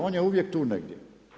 On je uvijek tu negdje.